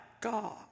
God